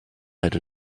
had